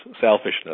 selfishness